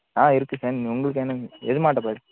ஆ இருக்குது சார் உங்களுக்கு என்னங்க எது மாட்ட பா